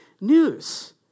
news